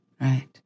right